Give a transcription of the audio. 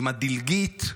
עם הדלגית,